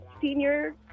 senior